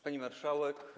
Pani Marszałek!